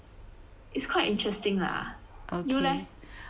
it's quite interesting lah you leh